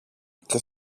και